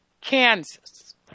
Kansas